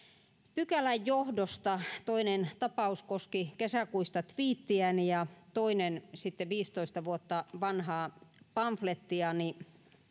pykälän johdosta toinen tapaus koski kesäkuista tviittiäni ja toinen sitten viisitoista vuotta vanhaa pamflettiani